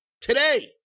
today